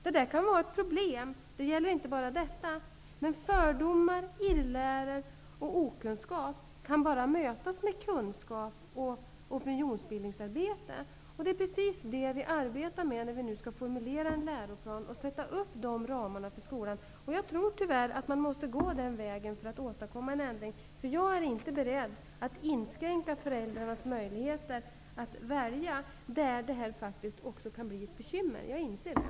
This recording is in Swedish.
Det kan vara ett problem -- det gäller inte bara i det här fallet. Fördomar, irrläror och okunskap kan emellertid bara mötas med kunskap och genom opinionsbildningsarbete. Det är precis det vi arbetar med när vi nu skall formulera en läroplan och sätta upp ramarna för skolans verksamhet. Jag tror tyvärr att det är den väg man måste gå för att åstadkomma en ändring. Jag är inte beredd att inskränka föräldrarnas möjligheter att välja, trots att detta faktiskt kan bli ett bekymmer. Jag inser det.